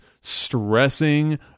stressing